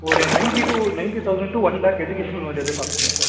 ஒரு ninety two ninety thousand two one lakh education எதிர்பார்த்தேன் sir